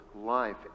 life